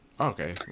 Okay